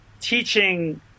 teaching